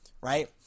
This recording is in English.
right